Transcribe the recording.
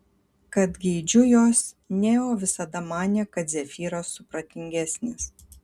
kad geidžiu jos neo visada manė kad zefyras supratingesnis